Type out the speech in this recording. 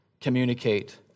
communicate